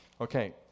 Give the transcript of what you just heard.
Okay